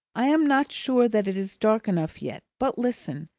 i am not sure that it is dark enough yet, but listen!